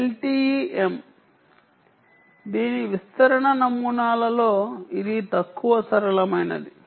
LTE M దీని విస్తరణ నమూనాలలో ఇది తక్కువ సరళమైనది